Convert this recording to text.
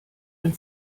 ein